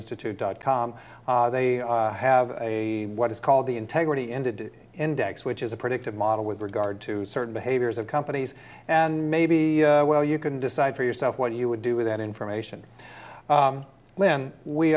institute dot com they have a what is called the integrity ended index which is a predictive model with regard to certain behaviors of companies and maybe well you can decide for yourself what you would do with that information lim w